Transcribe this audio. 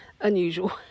unusual